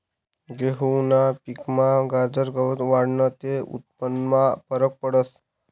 गहूना पिकमा गाजर गवत वाढनं ते उत्पन्नमा फरक पडस